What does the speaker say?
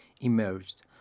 emerged